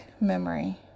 memory